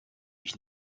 ich